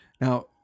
Now